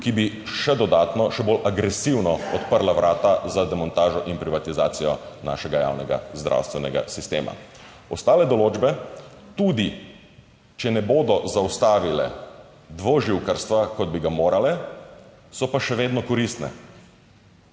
ki bi še dodatno, še bolj agresivno odprla vrata za demontažo in privatizacijo našega javnega zdravstvenega sistema. 8. TRAK: (NB) – 9.45 (Nadaljevanje) Ostale določbe tudi, če ne bodo zaustavile dvoživkarstva, kot bi ga morale. So pa še vedno koristne.